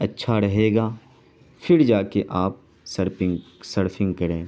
اچھا رہے گا پھر جا کے آپ سرفنگ سرفنگ کریں